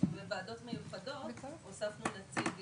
ובוועדות מיוחדות הוספנו נציג